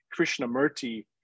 Krishnamurti